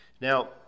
Now